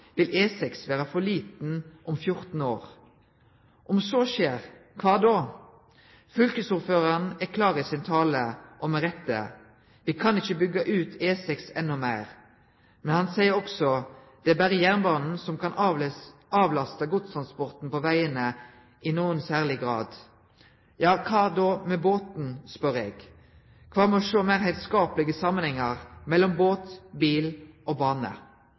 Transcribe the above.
vil E6 vere for liten om 14 år. Om så skjer, kva då? Fylkesordføraren er klar i sin tale – og med rette – me kan ikkje byggje ut E6 enda meir. Men han seier også: «Det er bare jernbanen som kan avlaste godstransporten på veiene i noe særlig grad.» Ja, kva da med båt? spør eg. Kva med å sjå meir heilskaplege samanhengar mellom båt, bil og bane?